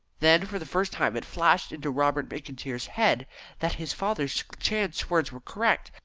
then for the first time it flashed into robert mcintyre's head that his father's chance words were correct,